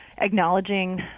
acknowledging